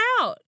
out